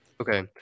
Okay